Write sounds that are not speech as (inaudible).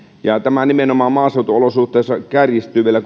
tämä nimenomaan maaseutuolosuhteissa kärjistyy vielä (unintelligible)